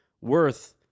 worth